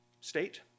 state